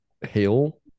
hail